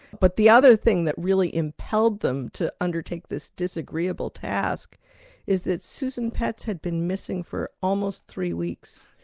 but the other thing that really impelled them to undertake this disagreeable task is that susan petz had been missing for almost three weeks,